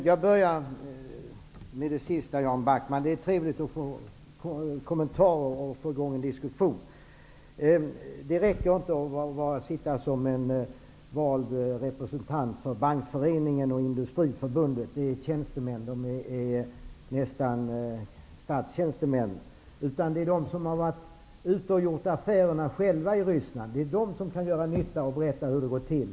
Jag börjar med att tala om det sista Jan Backman sade. Det är trevligt att få kommentarer och att få i gång en diskussion. Det räcker inte att det finns valda representanter för Bankföreningen och för Industriförbundet i styrelsen. De är tjänstemän -- nästan statstjänstemän. Det är de som själva har varit i Ryssland och gjort affärer som kan göra nytta och berätta hur det går till.